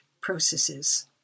processes